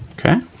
okay,